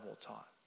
taught